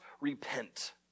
repent